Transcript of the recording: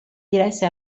diresse